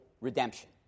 redemption